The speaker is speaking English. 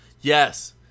Yes